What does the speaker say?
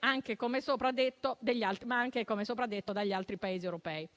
anche - come detto sopra - dagli altri Paesi europei.